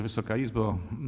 Wysoka Izbo!